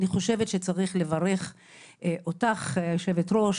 אני חושבת שצריך לברך אותך היו"ר,